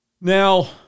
Now